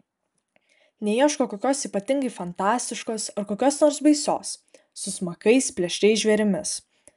neieško kokios ypatingai fantastiškos ar kokios nors baisios su smakais plėšriais žvėrimis